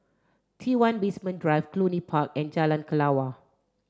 T one Basement Drive Cluny Park and Jalan Kelawar